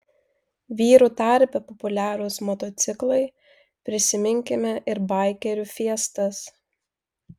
vyrų tarpe populiarūs motociklai prisiminkime ir baikerių fiestas